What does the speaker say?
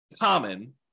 common